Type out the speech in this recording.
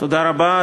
תודה רבה,